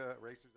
Racer's